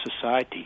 society